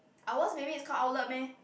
owls baby is called owlet meh